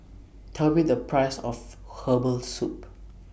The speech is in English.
Tell Me The Price of Herbal Soup